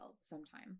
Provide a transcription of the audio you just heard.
sometime